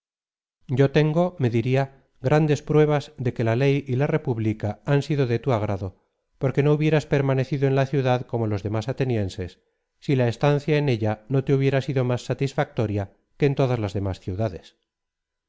oyo tengo me diría grandes pruebas de que la ley y la república han sido de tu agrado porque no hubieras permanecido en la ciudad como los demás atenienses si la estancia en ella no te hubiera sido más satisfactoria queentodastes demás ciudades